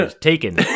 taken